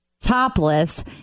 topless